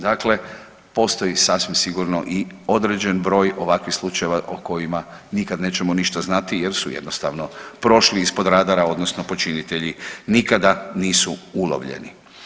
Dakle, postoji sasvim sigurno i određen broj ovakvih slučajeva o kojima nikada nećemo ništa znati jer su jednostavno prošli ispod radara odnosno počinitelji nikada nisu ulovljeni.